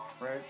right